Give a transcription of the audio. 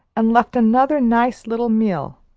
and left another nice little meal.